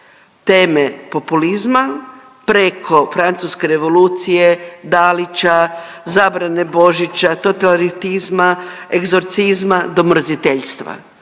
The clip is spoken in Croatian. teme populizma preko francuske revolucije, Dalića, zabrane Božića, totalitarizma, egzorcizma do mrziteljstva.